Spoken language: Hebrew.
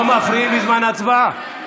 לא מפריעים בזמן ההצבעה.